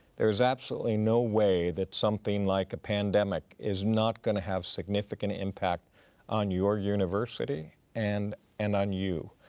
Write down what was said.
there's absolutely no way that something like a pandemic is not gonna have significant impact on your university and and on you.